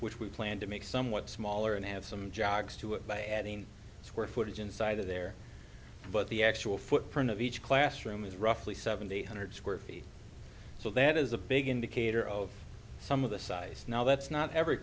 which we plan to make somewhat smaller and have some jogs to it by adding square footage inside there but the actual footprint of each classroom is roughly seventy eight hundred square feet so that is a big indicator of some of the size now that's not every